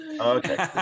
okay